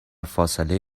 فاصله